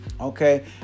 okay